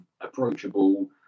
approachable